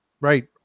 Right